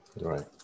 Right